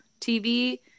tv